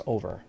Over